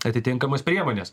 atitinkamas priemones